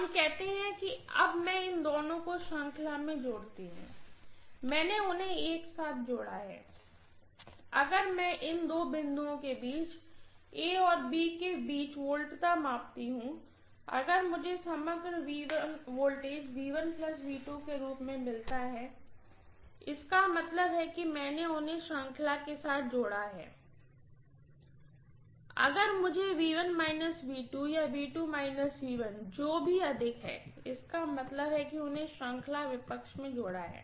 हम कहते हैं अब मैं इन दोनों को श्रृंखला में जोड़ती हूँ मैंने उन्हें एक साथ जोड़ा है दो टर्मिनलों को मैंने एक साथ जोड़ा है और अगर मैं इन दो बिंदुओं के बीच A और B के बीच वोल्टेज मापता हूं अगर मुझे समग्र वोल्टेज के रूप में मिलता है इसका मतलब है कि मैंने उन्हें श्रृंखला जोड़ के साथ जोड़ा है अगर मुझे या जो भी अधिक है इसका मतलब है कि मैंने उन्हें श्रृंखला विपक्ष में जोड़ा है